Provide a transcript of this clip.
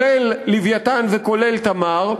כולל "לווייתן" וכולל "תמר".